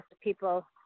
people